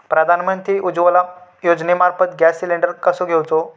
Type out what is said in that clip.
प्रधानमंत्री उज्वला योजनेमार्फत gas cylinder कसो घेऊचो?